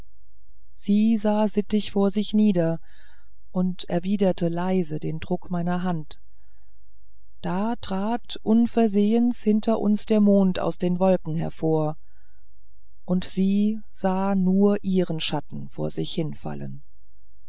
sie sah sittig vor sich nieder und erwiderte leise den druck meiner hand da trat unversehens hinter uns der mond aus den wolken hervor und sie sah nur ihren schatten vor sich hinfallen